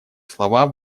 слова